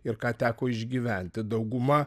ir ką teko išgyventi dauguma